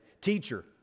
teacher